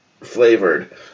flavored